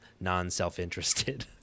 non-self-interested